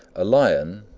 a lion,